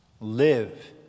Live